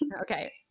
Okay